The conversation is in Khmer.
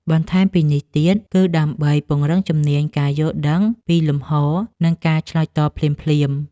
បន្ថែមពីនេះទៀត គឺដើម្បីពង្រឹងជំនាញការយល់ដឹងពីលំហ និងការឆ្លើយតបភ្លាមៗ។